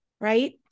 right